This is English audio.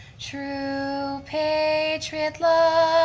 true patriot love